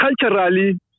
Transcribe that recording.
culturally